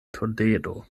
toledo